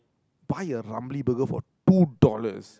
buy a Ramly Burger for two dollars